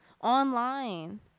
Online